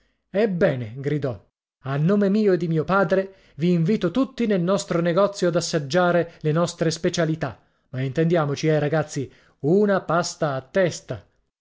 ebbene gridò a nome mio e di mio padre vi invito tutti nel nostro negozio ad assaggiare le nostre specialità ma intendiamoci eh ragazzi una pasta a testa